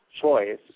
choice